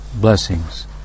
blessings